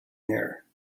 here